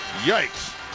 Yikes